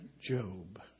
Job